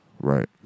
Right